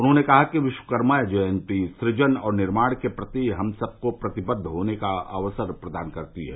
उन्होंने कहा है विश्वकर्मा जयंती सूजन और निर्माण के प्रति हम सबको को प्रतिबंद्व होने का अवसर प्रदान करती है